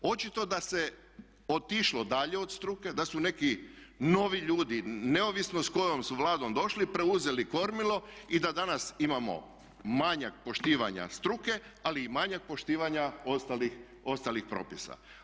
Očito da se otišlo dalje od struke, da su neki novi ljudi neovisno s kojom su vladom došli preuzeli kormilo i da danas imamo manjak poštivanja struke, ali i manjak poštivanja ostalih propisa.